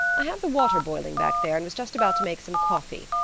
i have the water boiling back there, and was just about to make some coffee.